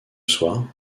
soir